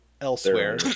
elsewhere